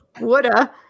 Woulda